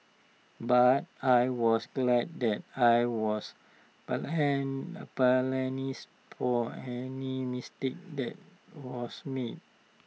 but I was glad that I was for any mistake that was made